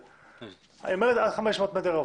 היא אומרת עד 500 מטרים רבועים.